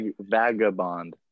vagabond